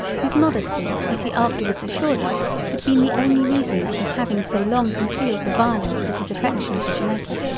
whose modesty as he afterwards assured us had been the only reason of his having so long concealed the violence of his affection for janetta,